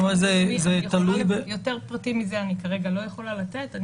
יותר פרטים מזה אני כרגע לא יכולה לתת.